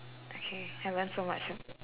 okay I learnt so much here